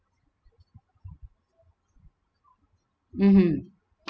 mmhmm